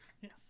yes